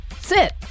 sit